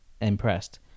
impressed